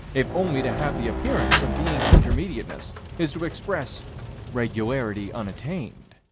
if only to have the appearance of being in intermediateness is to express regularity unattained.